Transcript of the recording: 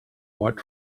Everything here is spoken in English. white